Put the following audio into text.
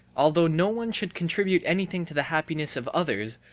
although no one should contribute anything to the happiness of others,